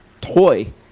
toy